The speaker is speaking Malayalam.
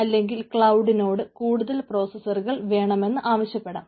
അല്ലെങ്കിൽ ക്ലൌഡിനോട് കൂടുതൽ പ്രോസസറുകൾ വേണമെന്ന് ആവശ്യപ്പെടാം